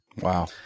Wow